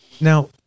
Now